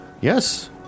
Yes